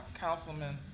Councilman